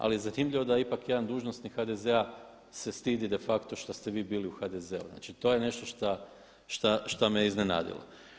Ali zanimljivo da ipak jedan dužnosnik HDZ-a se stidi de facto što ste vi bili u HDZ-u znači to je nešto što me iznenadilo.